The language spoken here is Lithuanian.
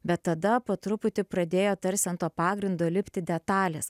bet tada po truputį pradėjo tarsi an to pagrindo lipti detalės